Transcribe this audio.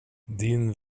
din